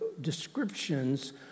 Descriptions